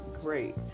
great